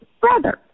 brother